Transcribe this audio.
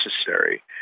necessary